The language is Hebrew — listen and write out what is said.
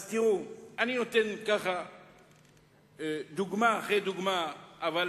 אני נותן דוגמה אחרי דוגמה, אבל